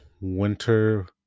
winter